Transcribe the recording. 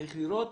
צריך לראות.